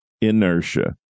inertia